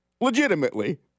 legitimately